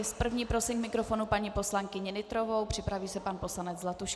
S první prosím k mikrofonu paní poslankyni Nytrovou, připraví se pan poslanec Zlatuška.